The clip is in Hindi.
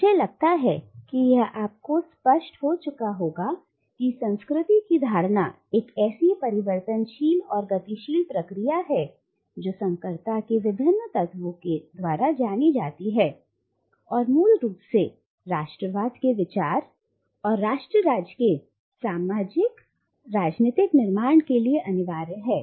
अब मुझे लगता है कि यह आपको स्पष्ट हो चुका हो चुका है कि संस्कृति की धारणा एक परिवर्तनशील और गतिशील प्रक्रिया है जो संकरता के विभिन्न तत्वों द्वारा जानी जाती है और मूल रूप से राष्ट्रवाद के विचार और राष्ट्र राज्य के सामाजिक राजनीतिक निर्माण के लिए अनिवार्य है